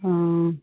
অঁ